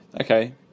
okay